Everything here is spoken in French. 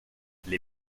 les